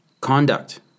conduct